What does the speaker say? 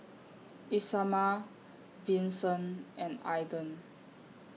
Isamar Vincent and Aidan